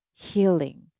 healing